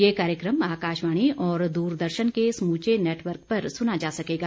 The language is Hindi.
यह कार्यक्रम आकाशवाणी और दूरदर्शन के समूचे नेटवर्क पर सुना जा सकेगा